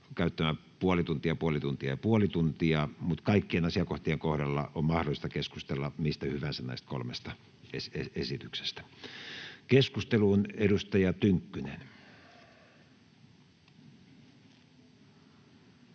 tuntia: puoli tuntia, puoli tuntia ja puoli tuntia, mutta kaikkien asiakohtien kohdalla on mahdollista keskustella mistä hyvänsä näistä kolmesta esityksestä. — Keskusteluun, edustaja Tynkkynen.